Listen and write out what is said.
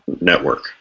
network